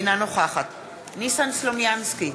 אינה נוכחת ניסן סלומינסקי,